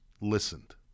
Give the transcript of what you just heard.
listened